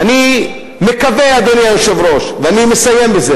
אני יודעת שרק הצ'רקסים לא בקבוצה שלכם.